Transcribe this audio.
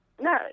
No